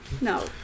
No